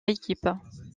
équipes